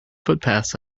footpaths